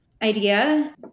idea